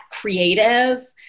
creative